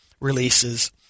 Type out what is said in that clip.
releases